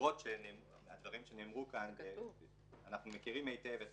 למרות הדברים שנאמרו כאן, אנחנו מכירים היטב את